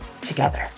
together